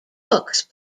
books